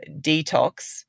detox